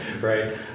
right